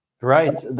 Right